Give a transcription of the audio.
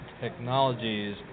technologies